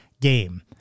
game